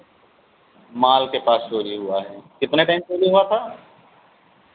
माल के पास चोरी हुआ कितने टाइम चोरी हुआ था